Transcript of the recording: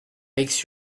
makes